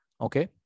Okay